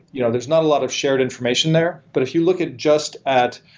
you know there's not a lot of shared information there but if you look at just at,